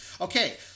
Okay